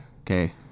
Okay